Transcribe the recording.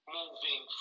Moving